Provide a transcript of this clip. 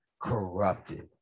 corrupted